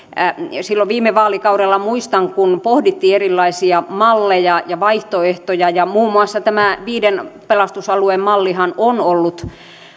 kun silloin viime vaalikaudella pohdittiin erilaisia malleja ja vaihtoehtoja ja muun muassa tämä viiden pelastusalueen mallihan on ollut